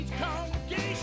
congregation